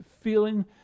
feeling